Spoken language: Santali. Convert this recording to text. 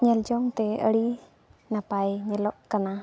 ᱧᱮᱞ ᱡᱚᱝᱛᱮ ᱟᱹᱰᱤ ᱱᱟᱯᱟᱭ ᱧᱮᱞᱚᱜ ᱠᱟᱱᱟ